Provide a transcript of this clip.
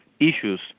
issues